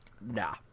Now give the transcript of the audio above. nah